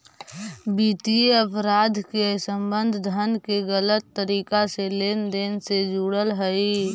वित्तीय अपराध के संबंध धन के गलत तरीका से लेन देन से जुड़ल हइ